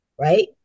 right